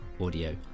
audio